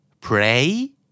Pray